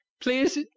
Please